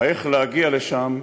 איך להגיע לשם,